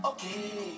Okay